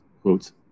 quotes